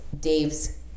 Dave's